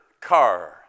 car